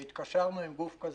והתקשרנו עם גוף כזה.